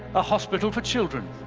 a hospital for children.